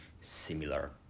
similar